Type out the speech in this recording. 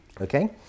okay